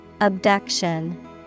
Abduction